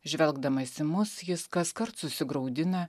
žvelgdamas į mus jis kaskart susigraudina